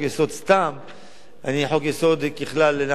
חוק-יסוד ככלל אנחנו לא מאשרים,